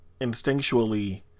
instinctually